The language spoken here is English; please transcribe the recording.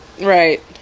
right